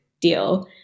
deal